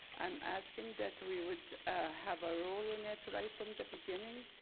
i'm asking that we would have a role in it right from the beginning.